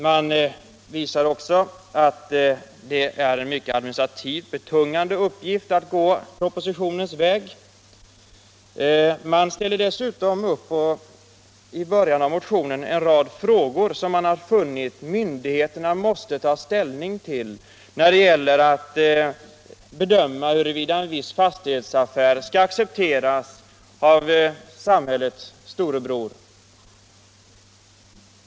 Man visar att det är en administrativt mycket betungande uppgift att gå propositionens väg. Dessutom ställer man upp en rad frågor som man har funnit att myndigheterna måste ta ställning till när det gäller att bedöma huruvida en viss fastighetsaffär skall accepteras av samhället-storebror.